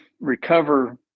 recover